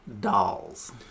Dolls